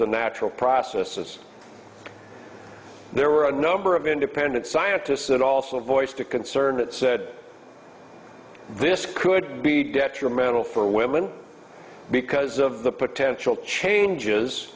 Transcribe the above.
the natural processes there were a number of independent scientists that also voiced a concern that said this could be detrimental for women because of the potential changes